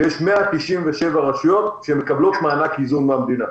ויש 197 רשויות שמקבלות מענק איזון מהמדינה.